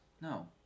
No